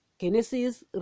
Genesis